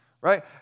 right